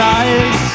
eyes